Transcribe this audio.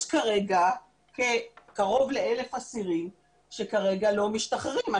יש כרגע קרוב ל-1,000 אסירים שכרגע לא משתחררים.